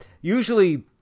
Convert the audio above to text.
usually